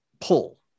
pull